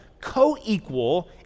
co-equal